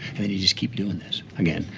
then, you just keep doing this again,